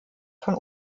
von